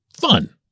fun